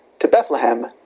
to bethlehem,